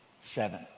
seven